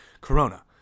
corona